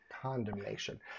condemnation